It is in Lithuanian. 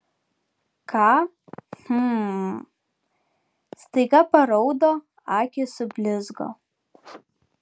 ką hm staiga paraudo akys sublizgo